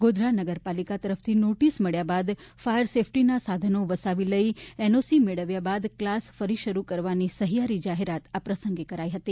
ગોધરા નગરપાલિકા તરફથી નોટિસ મળ્યા બાદ ફાયર સેફટીના સાધનો વસાવી લઈ એનઓસી મેળવ્યા બાદ કલાસ ફરી શરૂ કરવાની સહિયારી જાહેરાત આ પ્રસંગે કરી હતી